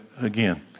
again